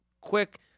Quick